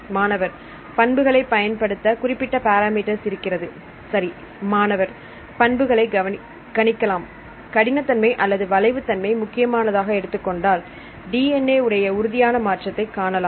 மாணவர் பண்புகளை பயன்படுத்த குறிப்பிட்ட பாராமீட்டர் இருக்கிறது சரி மாணவர் பண்புகளை கணிக்கலாம் கடின தன்மை அல்லது வளைவு தன்மை முக்கியமானதாக எடுத்துக்கொண்டால் DNA உடைய உறுதியான மாற்றத்தை காணலாம்